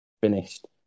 finished